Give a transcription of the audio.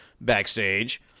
backstage